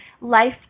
Life